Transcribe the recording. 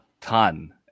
ton